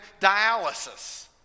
dialysis